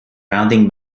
rounding